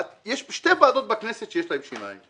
יש שתי ועדות בכנסת שיש להן שיניים,